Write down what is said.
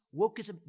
wokeism